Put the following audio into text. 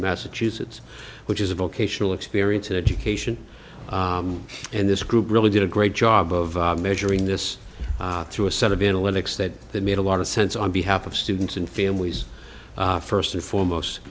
massachusetts which is a vocational experience and education and this group really did a great job of measuring this through a set of analytics that made a lot of sense on behalf of students and families first and foremost